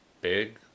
Big